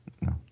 No